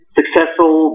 successful